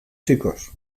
chicos